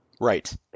Right